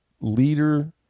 leader